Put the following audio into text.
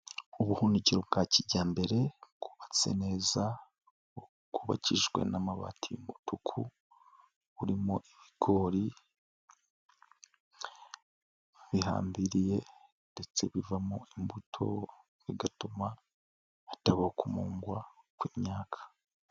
Ubuhunikiro bwa kijyambere bwubatse neza. Bwubakishijwe n'amabati y'umutuku. Burimo ibigori bihambiriye ndetse bivamo imbuto. Bigatuma hatabaho kumungwa ku myaka.